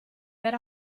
per